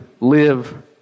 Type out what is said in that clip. live